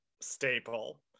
staple